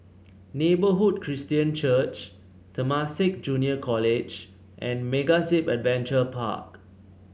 Neighbourhood Christian Church Temasek Junior College and MegaZip Adventure Park